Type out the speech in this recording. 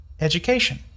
Education